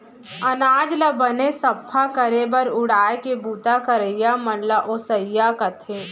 अनाज ल बने सफ्फा करे बर उड़ाय के बूता करइया मन ल ओसवइया कथें